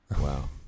Wow